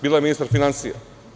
Bila je ministar finansija.